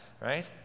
right